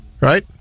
right